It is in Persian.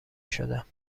شدم